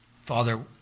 Father